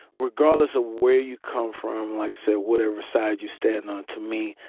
regardless ah where you come from, like so whatever side you stand on, to me,